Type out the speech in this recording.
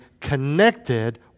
connected